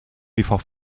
before